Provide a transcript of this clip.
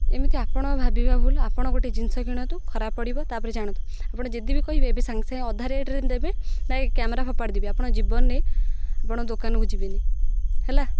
ଏମିତି ଆପଣ ଭାବିବା ଭୁଲ ଆପଣ ଗୋଟେ ଜିନିଷ କିଣନ୍ତୁ ଖରାପ ପଡ଼ିବ ତା'ପରେ ଜାଣନ୍ତୁ ଆପଣ ଯଦି ବି କହିବେ ଏବେ ସାଙ୍ଗେ ସାଙ୍ଗେ ଅଧା ରେଟରେ ଦେବେ ନାଇଁ କ୍ୟାମେରା ଫୋପାଡ଼ି ଦେବି ଆପଣ ଜୀବନରେ ଆପଣ ଦୋକାନକୁ ଯିବିନି ହେଲା